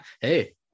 hey